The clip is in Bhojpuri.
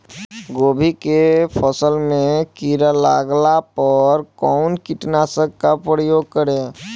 गोभी के फसल मे किड़ा लागला पर कउन कीटनाशक का प्रयोग करे?